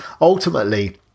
ultimately